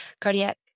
cardiac